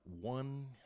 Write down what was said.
one